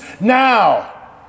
now